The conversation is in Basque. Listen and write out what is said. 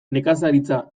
nekazaritza